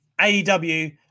AEW